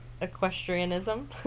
Equestrianism